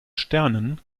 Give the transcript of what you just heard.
sternen